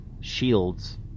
shields